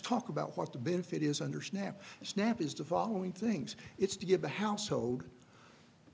talk about what the benefit is under snap snap is devolving things it's to give the household